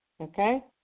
okay